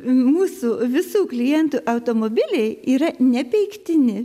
mūsų visų klientų automobiliai yra nepeiktini